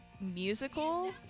musical